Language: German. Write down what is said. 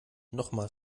nochmal